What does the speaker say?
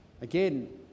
Again